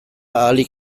ahalik